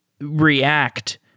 React